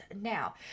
Now